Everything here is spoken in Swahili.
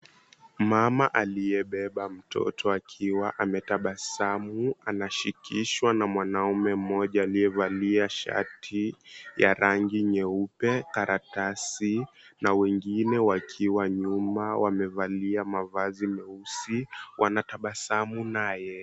Mama aliyebeba mtoto akiwa ametabasamu. Anashikishwa na mwanaume mmoja aliyevalia shati ya rangi nyeupe karatasi na wengine wakiwa nyuma wamevalia mavazi meusi wanatabasamu naye.